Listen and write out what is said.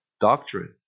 doctrine